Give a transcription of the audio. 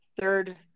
third